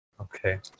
Okay